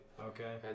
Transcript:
Okay